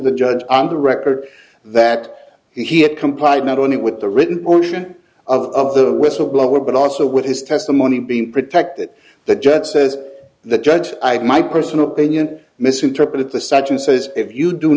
the judge and the record that he had complied not only with the written only ten of the whistleblower but also with his testimony being protected the judge says that judge my personal opinion misinterpreted the such and says if you do